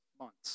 months